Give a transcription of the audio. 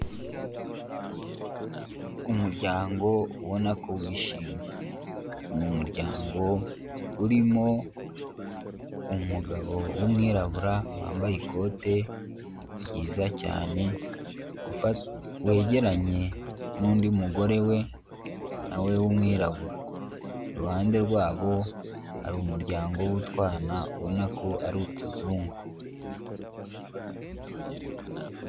Umuryango ubona ko wishimye, ni umuryango urimo umugabo w'umwirabura wambaye ikote ryiza cyane wegeranye n'undi mugore we na we w'umwirabura, iruhande rwabo hari umuryango w'utwana ubona ko ari utuzungu.